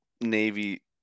navy